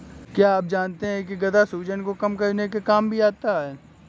क्या आप जानते है गदा सूजन को कम करने के काम भी आता है?